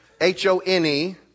H-O-N-E